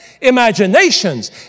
imaginations